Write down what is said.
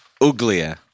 uglier